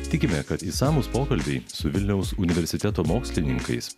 tikime kad išsamūs pokalbiai su vilniaus universiteto mokslininkais